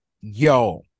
yo